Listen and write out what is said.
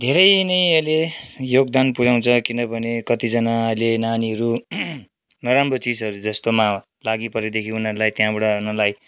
धेरै नै यसले योगदान पुऱ्याउँछ किनभने कतिजना अहिले नानीहरू नराम्रो चिजहरू जस्तोमा लागिपरेदेखि उनीहरूलाई त्यहाँबाट आउनलाई